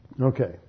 Okay